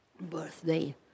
birthday